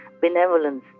Benevolence